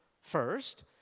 first